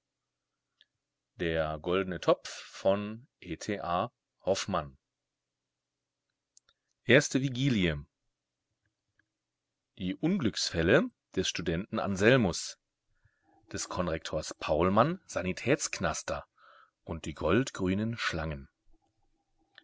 der neuen zeit erste vigilie die unglücksfälle des studenten anselmus des konrektors paulmann sanitätsknaster und die goldgrünen schlangen